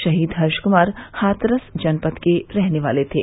शहीद हर्ष क्मार हाथरस जनपद के रहने वाले थे